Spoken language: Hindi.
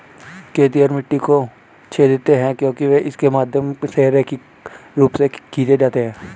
खेतिहर मिट्टी को छेदते हैं क्योंकि वे इसके माध्यम से रैखिक रूप से खींचे जाते हैं